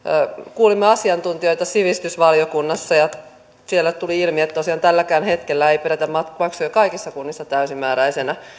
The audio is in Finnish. kuulimme asiantuntijoita sivistysvaliokunnassa ja siellä tuli ilmi että tosiaan tälläkään hetkellä ei pidetä maksuja kaikissa kunnissa täysimääräisinä